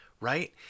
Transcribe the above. right